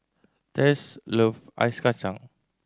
Tess love ice kacang